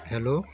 hello